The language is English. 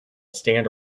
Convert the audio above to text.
stand